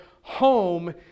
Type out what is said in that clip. home